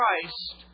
Christ